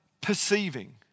perceiving